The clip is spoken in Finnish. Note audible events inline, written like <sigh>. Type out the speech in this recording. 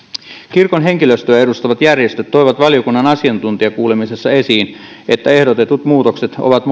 kirkon henkilöstöä edustavat järjestöt toivat valiokunnan asiantuntijakuulemisessa esiin että ehdotetut muutokset ovat <unintelligible>